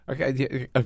okay